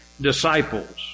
disciples